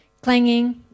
Clanging